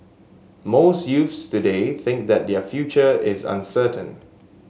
most youths today think that their future is uncertain